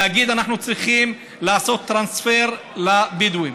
להגיד: אנחנו צריכים לעשות טרנספר לבדואים.